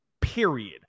Period